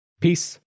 Peace